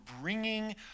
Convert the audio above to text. bringing